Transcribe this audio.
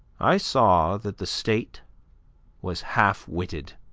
i saw that the state was half-witted,